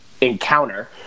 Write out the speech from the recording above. encounter